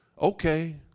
Okay